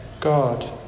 God